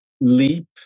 leap